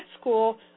school